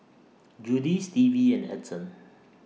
Judie Stevie and Edson